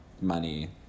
money